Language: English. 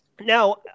now